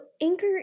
anchor